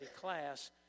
class